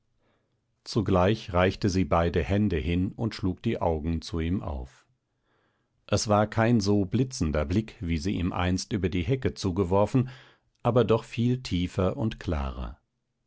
zugleich reichte sie beide hände hin und schlug die augen zu ihm auf es war kein so blitzender blick wie sie ihm einst über die hecke zugeworfen aber doch viel tiefer und klarer